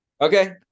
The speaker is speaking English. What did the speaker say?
Okay